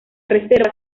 reserva